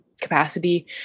capacity